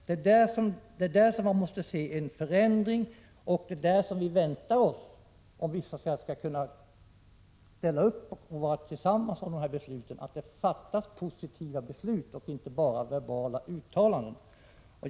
Där måste det ske en förändring, och det väntar vi oss om vi skall kunna vara med på ett beslut. Det måste till positiva beslut och inte bara verbala uttalanden.